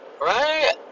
Right